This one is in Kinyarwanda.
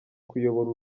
kuyobora